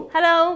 Hello